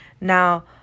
now